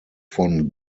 von